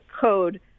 code